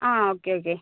ആ okay okay